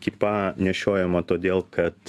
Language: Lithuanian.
kipa nešiojama todėl kad